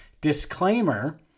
Disclaimer